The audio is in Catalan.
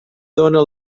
dóna